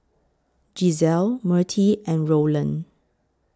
Giselle Mertie and Rowland